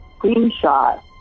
screenshot